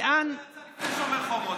חבל שזה לא יצא לפני שומר חומות,